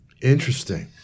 Interesting